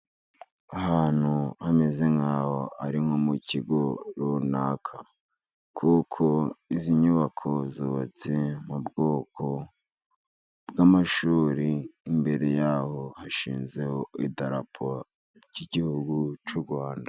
Ahantu hameze nk'aho ari nko mu kigo runaka. Kuko izi nyubako zubatse mu bwoko bw'amashuri. Imbere yaho hashinze idarapo ry'igihugu cy'u Rwanda.